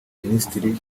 ministiri